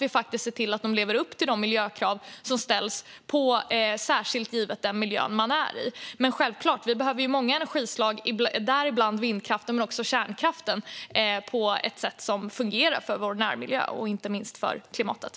Vi ser till att den lever upp till de miljökrav som ställs, särskilt givet den miljö den är i. Vi behöver självklart många energislag och däribland vindkraften men också kärnkraften på ett sätt som fungerar för vår närmiljö och inte minst för klimatet.